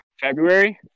February